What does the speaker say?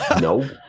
no